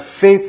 faith